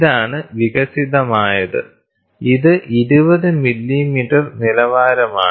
ഇതാണ് വികസിതമായത് ഇത് 20 മില്ലിമീറ്റർ നിലവാരമാണ്